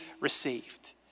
received